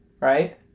right